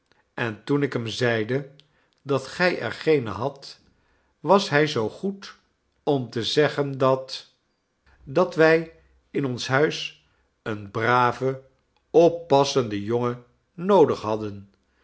en toen ik hem zeide dat gij er geene hadt was hij zoo goed om te zeggen dat dat wij in ons huis een braven oppassenden jongen noodig hadden